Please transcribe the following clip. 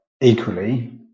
equally